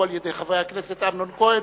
חבר הכנסת אמנון כהן